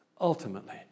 Ultimately